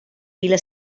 vil·la